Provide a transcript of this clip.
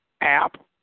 app